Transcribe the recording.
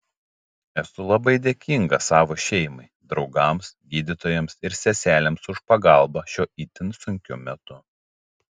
esu labai dėkinga savo šeimai draugams gydytojams ir seselėms už pagalbą šiuo itin sunkiu metu